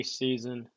season